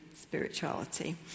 spirituality